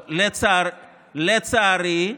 לצערי,